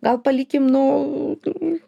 gal palikim nu